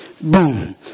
Boom